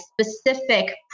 specific